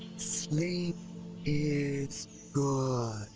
sleep is good. ah!